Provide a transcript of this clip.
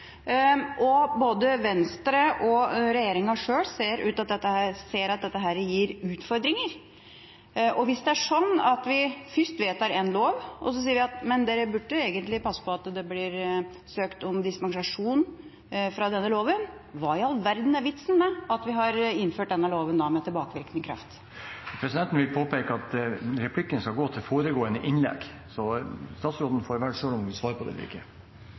og både Venstre og regjeringa sjøl ser at dette gir utfordringer. Og hvis det er sånn at vi først vedtar en lov, og så sier vi: «Men dere burde egentlig passe på at det blir søkt om dispensasjon fra denne loven?», hva i all verden er vitsen med at vi har innført denne loven da, med tilbakevirkende kraft? Presidenten vil påpeke at replikken skal gå til foregående innlegg, så statsråden får velge selv om han vil svare på det eller ikke.